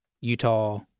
Utah